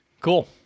Cool